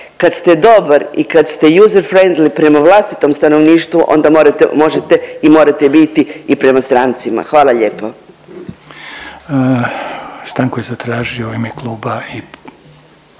kad ste dobar i kad ste user frendly prema vlastitom stanovništvu onda morate, možete i morate biti i prema strancima. Hvala lijepo. **Reiner, Željko